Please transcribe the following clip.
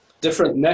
Different